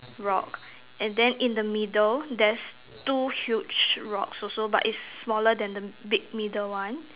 rock and then in the middle there's two huge rocks also but it's smaller than the big middle one